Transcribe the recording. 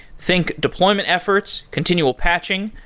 think deployment efforts, continual patching,